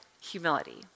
humility